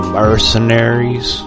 mercenaries